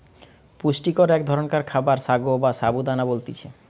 পুষ্টিকর এক ধরণকার খাবার সাগো বা সাবু দানা বলতিছে